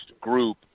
group